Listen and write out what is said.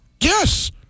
Yes